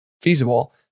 feasible